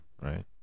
right